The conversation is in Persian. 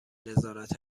نظارت